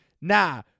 Nah